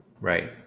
Right